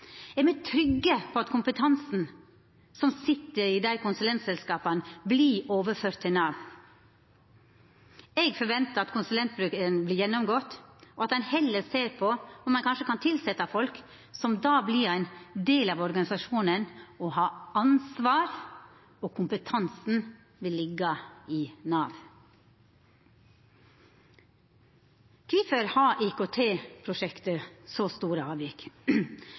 Er me trygge på at kompetansen som sit hjå konsulentselskapa, vert overført til Nav? Eg forventar at konsulentbruken vert gjennomgått, og at ein heller ser på om ein kanskje kan tilsetja folk som då vert ein del av organisasjonen og har ansvar, og kompetansen vil liggja i Nav. Kvifor har IKT-prosjektet så store avvik?